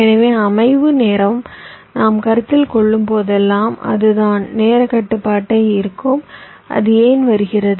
எனவே அமைவு நேரத்தை நாம் கருத்தில் கொள்ளும்போதெல்லாம் அதுதான் நேரக் கட்டுப்பாட்டை இருக்கும் அது ஏன் வருகிறது